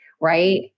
right